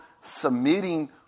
submitting